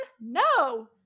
No